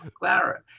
Clara